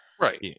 Right